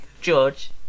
George